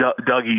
dougie